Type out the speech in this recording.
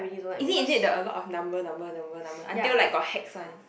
is it is it the a lot of number number number number until like got hax one